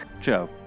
Joe